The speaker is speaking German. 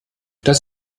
das